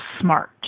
smart